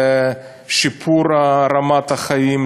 לשיפור רמת החיים,